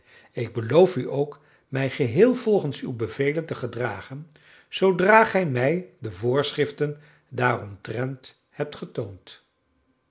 ik beloof u ook mij geheel volgens uw bevelen te gedragen zoodra gij mij de voorschriften daaromtrent hebt getoond